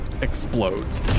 explodes